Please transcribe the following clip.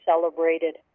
celebrated